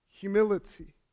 humility